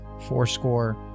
fourscore